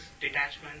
detachment